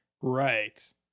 right